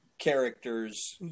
characters